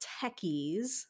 techies